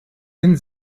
den